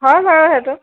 হয় হয় সেইটো